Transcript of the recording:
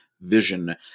vision